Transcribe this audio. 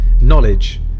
Knowledge